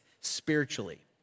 spiritually